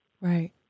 Right